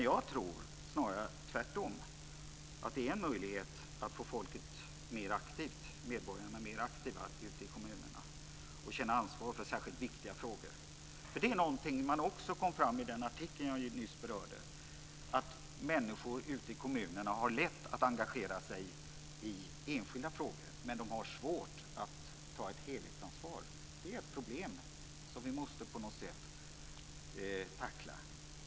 Jag tror snarare tvärtom, att det är en möjlighet att få medborgarna mer aktiva ute i kommunerna och få dem att känna ansvar för särskilt viktiga frågor. I den artikel som jag nyss berörde kom det nämligen också fram att människor ute i kommunerna har lätt för att engagera sig i enskilda frågor men har svårt för att ta ett helhetsansvar. Det är ett problem som vi på något sätt måste tackla.